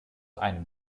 einem